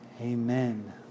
Amen